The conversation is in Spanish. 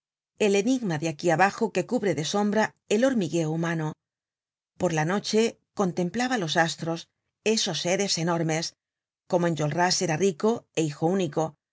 el enigma de aquí abajo que cubre de sombra el hormigueo humano por la noche contemplaba los astros esos seres enormes como enjolras era rico é hijo único